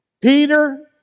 Peter